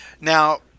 Now